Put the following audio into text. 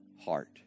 heart